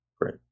Great